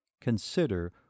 Consider